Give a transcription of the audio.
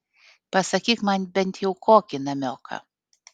pasakyk man bent jau kokį namioką